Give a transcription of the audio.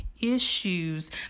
issues